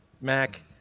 Mac